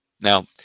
Now